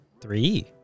three